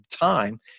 time